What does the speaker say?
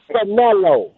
Canelo